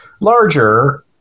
larger